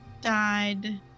died